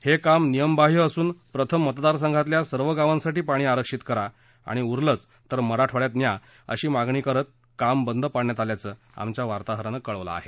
हे काम नियमबाह्य असून प्रथम मतदारसंघातल्या सर्व गावांसाठी पाणी आरक्षित करा आणि ऊरले तर मराठवाड्यात न्या अशी मागणी करीत काम बंद पाडण्यात आल्याचं आमच्या वार्ताहरानं कळवलं आहे